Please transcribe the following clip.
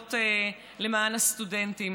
מובילות למען הסטודנטים,